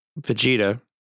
Vegeta